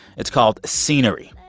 it's called scenery,